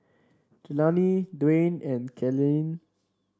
Jelani Dwayne and Kalen